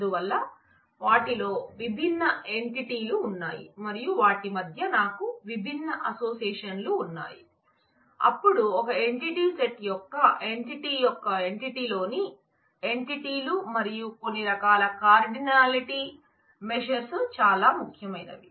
అందువల్ల వాటిలో విభిన్న ఎంటిటీ లున్నాయి మరియు వాటి మధ్య నాకు విభిన్న అసోసియేషన్ లు ఉన్నాయి అప్పుడు ఒక ఎంటిటీ సెట్ యొక్క ఎంటిటీ యొక్క ఎంటిటీ లో ఎన్ని ఎంటిటీలు మరియు కొన్ని రకాల కార్డినాలిటీ మెస్సుర్స్ చాలా ముఖ్యమైనవి